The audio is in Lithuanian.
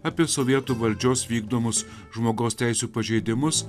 apie sovietų valdžios vykdomus žmogaus teisių pažeidimus